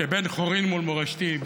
כבן חורין מול מורשתי,